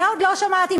זה עוד לא שמעתי.